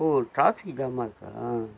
ஓ traffic ஜாமாக இருக்கா